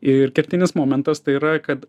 ir kertinis momentas tai yra kad